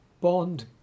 Bond